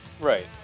Right